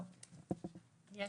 לא, יש